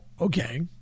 okay